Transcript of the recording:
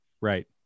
Right